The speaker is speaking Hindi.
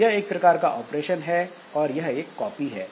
यह एक प्रकार का ऑपरेशन है और यह एक कॉपी है